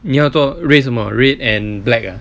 你要做 red 什么 red and black ah